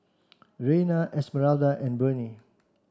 Reyna Esmeralda and Bernie